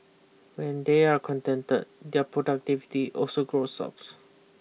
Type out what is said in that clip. when they are contented their productivity also goes ups